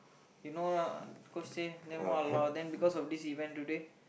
you know or not coach say then !walao! then because of this event today